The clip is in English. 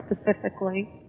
specifically